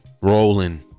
Rolling